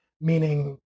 meaning